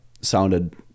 sounded